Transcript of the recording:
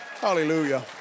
Hallelujah